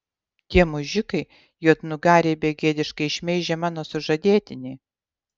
tie mužikai juodnugariai begėdiškai šmeižia mano sužadėtinį